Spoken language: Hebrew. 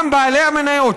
גם בעלי המניות,